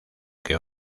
que